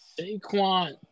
Saquon